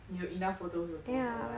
you enough photos to post online